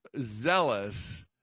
zealous